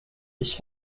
ich